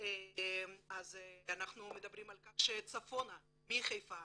אנחנו מדברים על כך שצפונית לחיפה